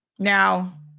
Now